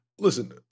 listen